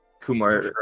Kumar